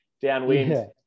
downwind